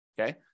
okay